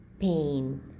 pain